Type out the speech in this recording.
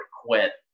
quit